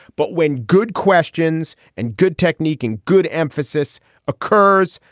but when good questions and good technique and good emphasis occurs,